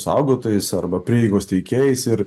saugotojais arba prieigos teikėjais ir